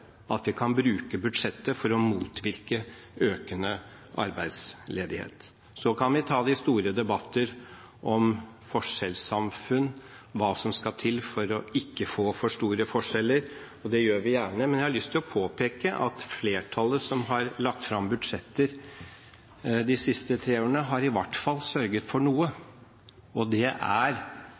at vi kan bruke budsjettet for å motvirke økende arbeidsledighet. Så kan vi ta de store debatter om forskjellssamfunn og hva som skal til for ikke å få for store forskjeller, og det gjør vi gjerne. Men jeg har lyst til å påpeke at flertallet som har lagt fram budsjetter de siste tre årene, i hvert fall har sørget for noe, og det er